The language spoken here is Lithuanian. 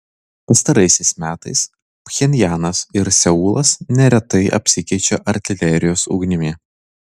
pastaraisiais metais pchenjanas ir seulas neretai apsikeičia artilerijos ugnimi